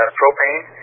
propane